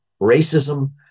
racism